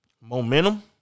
Momentum